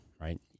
right